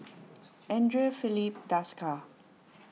andre Filipe Desker